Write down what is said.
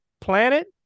planet